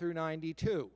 through ninety two